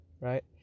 right